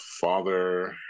Father